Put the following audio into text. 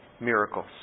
miracles